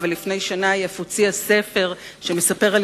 ולפני שנה היא אף הוציאה ספר שמספר על